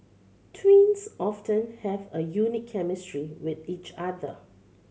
twins often have a unique chemistry with each other